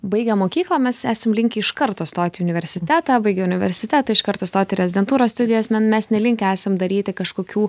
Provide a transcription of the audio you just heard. baigę mokyklą mes esam linkę iš karto stoti į universitetą baigę universitetą iš karto stoti į rezidentūros studijas mes nelinkę esam daryti kažkokių